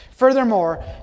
Furthermore